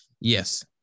Yes